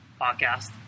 podcast